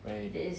right